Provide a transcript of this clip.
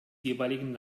jeweiligen